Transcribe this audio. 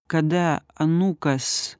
kada anūkas